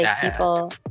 People